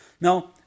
No